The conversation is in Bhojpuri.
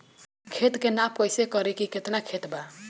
खेत के नाप कइसे करी की केतना खेत बा?